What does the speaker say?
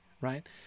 right